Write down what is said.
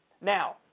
Now